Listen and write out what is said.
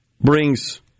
brings